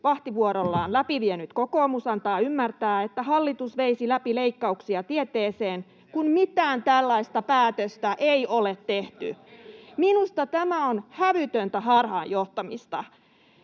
vahtivuorollaan läpi vienyt kokoomus antaa ymmärtää, että hallitus veisi läpi leikkauksia tieteeseen, [Timo Heinonen: Se oli Sipilän hallitus!] kun mitään tällaista päätöstä ei ole tehty. Minusta tämä on hävytöntä harhaanjohtamista.